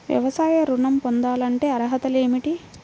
వ్యవసాయ ఋణం పొందాలంటే అర్హతలు ఏమిటి?